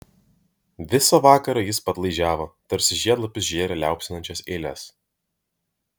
visą vakarą jis padlaižiavo tarsi žiedlapius žėrė liaupsinančias eiles